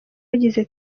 bagize